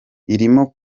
irimo